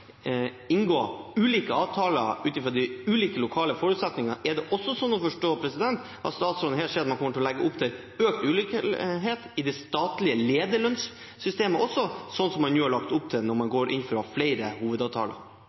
inngå ulike avtaler ut fra de ulike lokale forutsetningene, er det også sånn å forstå at statsråden sier at man kommer til å legge opp til økt ulikhet i det statlige lederlønnssystemet, sånn som man jo har lagt opp til når man går inn for å ha flere hovedavtaler?